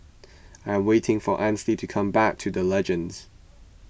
I am waiting for Ansley to come back to the Legends